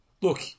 Look